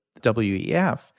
WEF